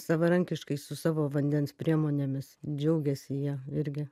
savarankiškai su savo vandens priemonėmis džiaugėsi jie irgi